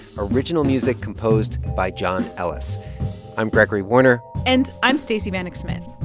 original music composed by john ellis i'm gregory warner and i'm stacey vanek smith.